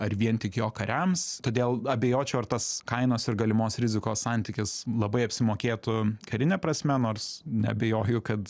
ar vien tik jo kariams todėl abejočiau ar tas kainos ir galimos rizikos santykis labai apsimokėtų karine prasme nors neabejoju kad